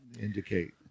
indicate